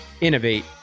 innovate